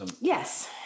Yes